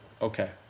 okay